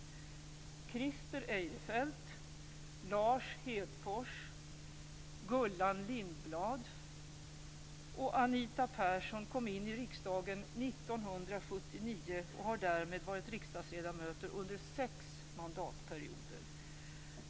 Christer Eirefelt, Lars Hedfors, Gullan Lindblad och Anita Persson kom in i riksdagen 1979 och har därmed varit riksdagsledamöter under sex mandatperioder.